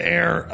air